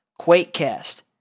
QuakeCast